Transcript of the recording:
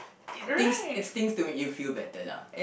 it stinks it stinks to make you feel better lah